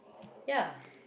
ya